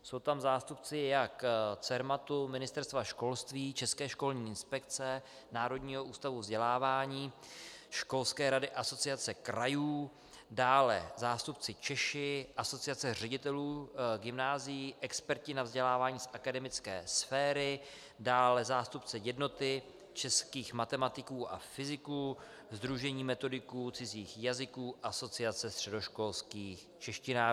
Jsou tam zástupci jak Cermatu, Ministerstva školství, České školní inspekce, Národního ústavu vzdělávání, Školské rady Asociace krajů, dále zástupci ČŠI, Asociace ředitelů gymnázií, experti na vzdělávání z akademické sféry, dále zástupce Jednoty českých matematiků a fyziků, Sdružení metodiků cizích jazyků, Asociace středoškolských češtinářů.